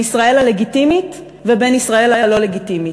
ישראל הלגיטימית ובין ישראל הלא-לגיטימית,